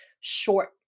short